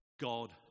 God